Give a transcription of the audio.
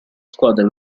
squadra